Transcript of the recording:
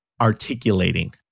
articulating